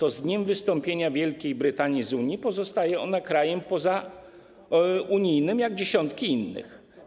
Od dnia wystąpienia Wielkiej Brytanii z Unii pozostaje ona krajem pozaunijnym, podobnie jak dziesiątki innych.